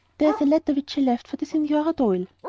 there is a letter which she left for the signorina d'oyle.